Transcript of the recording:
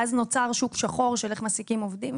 ואז נוצר שוק שחור של איך מעסיקים עובדים,